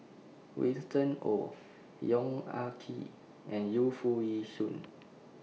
Winston Oh Yong Ah Kee and Yu Foo Yee Shoon